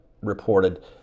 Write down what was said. reported